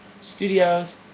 studios